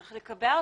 צריך לקבע אותה.